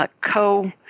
co